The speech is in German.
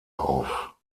auf